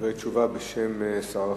דברי תשובה בשם שר החינוך.